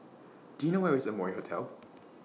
Do YOU know Where IS Amoy Hotel